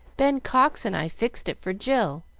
ben cox and i fixed it for jill,